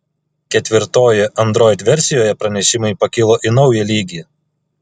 ketvirtojoje android versijoje pranešimai pakilo į naują lygį